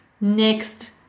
next